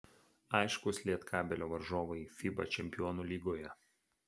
aiškūs lietkabelio varžovai fiba čempionų lygoje